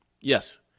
Yes